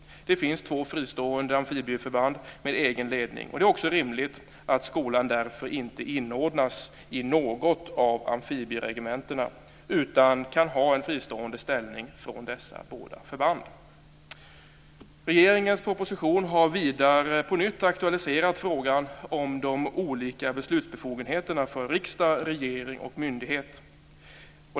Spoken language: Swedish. Det finns två fristående amfibieförband med egen ledning. Det är också rimligt att skolan därför inte inordnas i något av amfibieregementena utan kan ha en från dessa båda förband fristående ställning. I regeringens proposition har frågan om de olika beslutsbefogenheterna för riksdag, regering och myndighet på nytt aktualiserats.